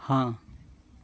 ହଁ